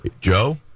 Joe